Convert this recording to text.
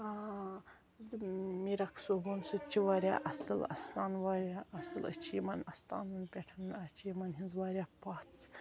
آ میٖرَخ صوبُن سُہ تہِ چھُ واریاہ اَصٕل اَستان واریاہ اَصٕل أسۍ چھِ یِمن پٮ۪ٹھ اسہِ چھِ یِمن ہِنٛز واریاہ پَژھ